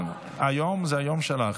היום זה היום שלך.